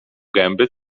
gęby